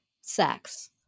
sex